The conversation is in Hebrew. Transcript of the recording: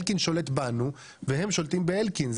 אלקין שולט בנו והם שולטים באלקין.